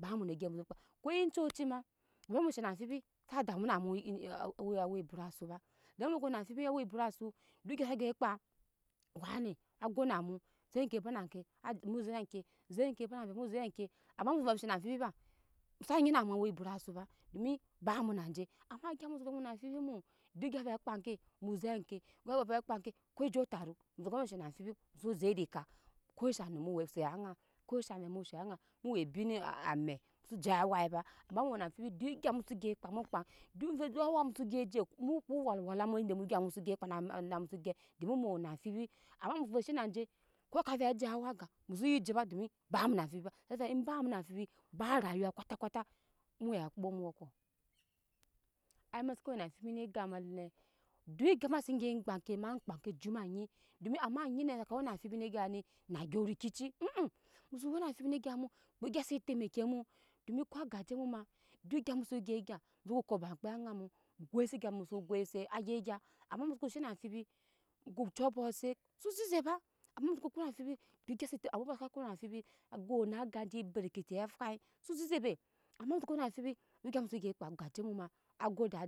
baba mu ne egyi mu so kpa ko ecuci ma mu vɛ mu shena amfibi sa damu na mu le awa bata su ba dom muko wena amfibi awe bura su dok egyi sa vɛ kpa wane ago na mu zek ke bana ke mu zek ke ama mu so vɛ mu shena amfbi pa sa gyina mu owe bura su ba domu ba mu na je ama gya muso vɛ mu wena amfibi mu dok gya sa ve kpa ke mu zeh ke dok ha vɛ kpa ke ko eje taro muso bu shena amfibi muso zek de ka ko she num mu we sera aŋa ko she num nu sera ŋa mu ebina a ame muso je a wa ama mu wena amfini dok egyi mu gyap kpa mu kpa dok vɛ dok awa mu so gya je mu ka walwala mu ede egya muso gyap kana na mu so gyap domi mu wena amfibi ama mu soko shena je ko ka vɛ waje awa ga mu so ye jeba domi ba mu na amfibi ba ave eba mu na amfibi ba rayuwa kowta kowta nyi we okpa mu ko a ma seke wena amfibi ne gap ma lena dok gya ma se gya kpa ke ma kpa ke jut ma gyi domi ama gyi ne saka wena amfibi ne gap ni na gyo rikeci mu so wena amfibi ne gap mu kpe gyi se tɛmeki mu domi ko ogaje mu ma dok egya mu so gy gya mu ko bakpe aŋa mu goise egyi muso gyi goise agyi gya ama ma soko shena amfibi mu ko cu abok set so zeze ba ama mu soko kpama amfibi dok gya sa te ambɔ bɔno saka kpama amfibi ago na gaje breke tɛ fwai so zeze be ama mu so ko wena amfibi dok egyi muso gyi kpa agaje mu ma ago dad